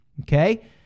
Okay